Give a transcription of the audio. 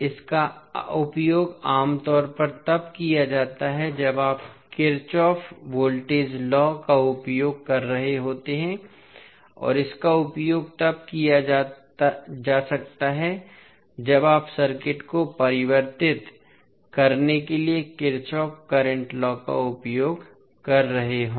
इसका उपयोग आमतौर पर तब किया जाता है जब आप किरचॉफ वोल्टेज लॉ का उपयोग कर रहे होते हैं और इसका उपयोग तब किया जा सकता है जब आप सर्किट को परिवर्तित करने के लिए किरचॉफ करंट लॉ का उपयोग कर रहे हों